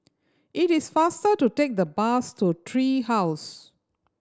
it is faster to take the bus to Tree House